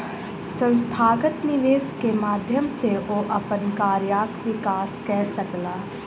संस्थागत निवेश के माध्यम सॅ ओ अपन कार्यक विकास कय सकला